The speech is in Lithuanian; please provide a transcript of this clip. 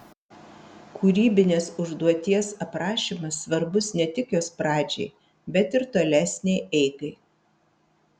kūrybinės užduoties aprašymas svarbus ne tik jos pradžiai bet ir tolesnei eigai